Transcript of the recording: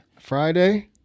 Friday